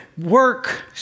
work